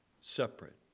Separate